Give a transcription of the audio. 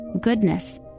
goodness